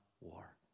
war